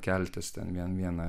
keltis ten vien vieną